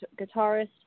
guitarist